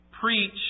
Preach